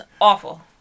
awful